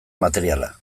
materiala